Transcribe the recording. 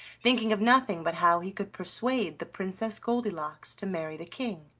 thinking of nothing but how he could persuade the princess goldilocks to marry the king.